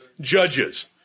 Judges